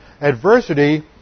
adversity